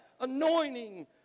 anointing